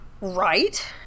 Right